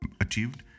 achieved